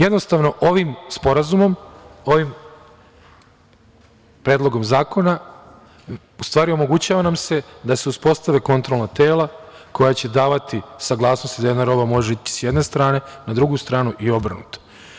Jednostavno ovim sporazumom, ovim Predlogom zakona u stvari nam se omogućava da se uspostave kontrolna tela koja će davati saglasnosti da jedna roba može ići sa jedne strane na drugu stranu i obrnuto.